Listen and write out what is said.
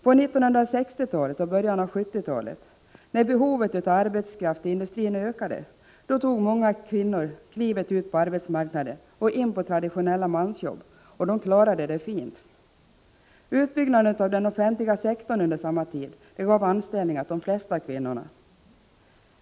På 1960-talet och i början av 1970-talet, när behovet av arbetskraft till industrin ökade, tog många kvinnor klivet ut på arbetsmarknaden och in på traditionella mansjobb, och de klarade det fint. Utbyggnaden av den offentliga sektorn under samma tid gav anställning åt de flesta kvinnorna.